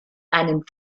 einen